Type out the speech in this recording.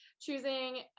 choosing